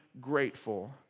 grateful